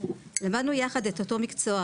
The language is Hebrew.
למדנו יחד את אותו מקצוע,